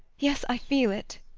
yes i feel it.